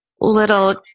little